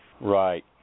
Right